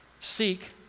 Seek